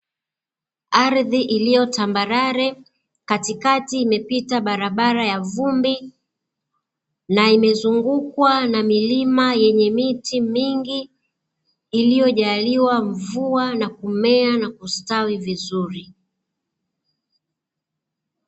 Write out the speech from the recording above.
Ardhi iliyotambarare katikati imepita barabara ya vumbi, na imezungukwa na milima yenye miti mingi iliyojaaliwa mvua na kumea na kustawi vizuri.